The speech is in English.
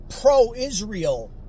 pro-Israel